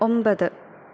ഒമ്പത്